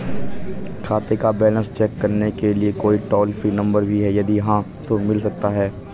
खाते का balance check करने के लिए कोई टॉल फ्री नम्बर भी है यदि हाँ तो मिल सकता है?